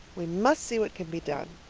we must see what can be done,